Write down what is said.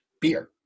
beer